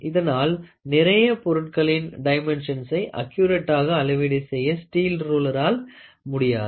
இதனால் நிறைய பொருட்களின் டைமென்ஷன்சை அக்குரெக்டாக அளவீடு செய்ய ஸ்டீல் ருளேரால் முடியாது